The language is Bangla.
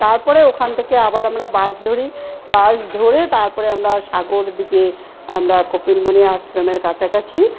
তারপরে ওখান থেকে আবার আমরা বাস ধরি বাস ধরে তারপরে আমরা সাগর দ্বীপে আমরা কপিলমুনির আশ্রমের কাছাকাছি